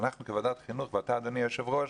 אנחנו כוועדת חינוך, ואתה היושב ראש